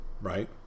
right